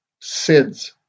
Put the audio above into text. SIDS